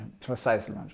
precisely